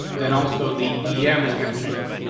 then also the e m is going to change.